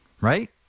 Right